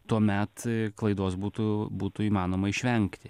tuomet klaidos būtų būtų įmanoma išvengti